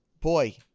boy